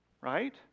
right